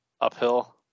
uphill